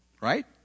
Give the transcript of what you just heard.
right